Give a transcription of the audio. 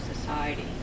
society